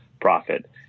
profit